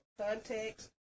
context